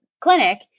clinic